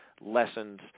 lessons